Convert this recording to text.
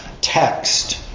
text